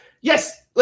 yes